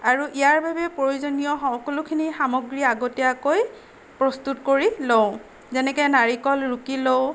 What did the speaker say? আৰু ইয়াৰ বাবে প্ৰয়োজনীয় সকলোখিনি সামগ্ৰী আগতীয়াকৈ প্ৰস্তুত কৰি লওঁ যেনেকৈ নাৰিকল ৰুকি লওঁ